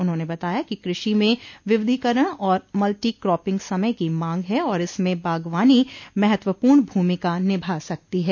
उन्होंने बताया कि कृषि में विविधीकरण और मल्टीक्रापिंग समय की मांग है और इसमें बागवानी महत्वपूर्ण भूमिका निभा सकती है